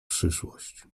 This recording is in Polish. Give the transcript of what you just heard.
przyszłość